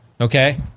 Okay